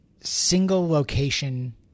single-location